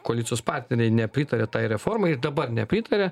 koalicijos partneriai nepritarė tai reformai ir dabar nepritaria